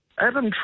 Adam